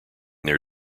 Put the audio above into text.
their